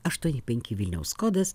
aštuoni penki vilniaus kodas